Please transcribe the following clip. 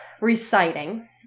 reciting